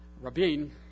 Rabin